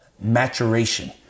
maturation